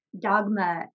dogma